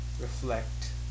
reflect